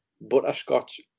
Butterscotch